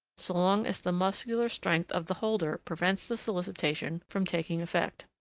so long as the muscular strength of the holder prevents the solicitation from taking effect.